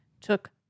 took